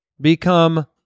become